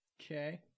Okay